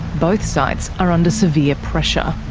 both sites are under severe pressure.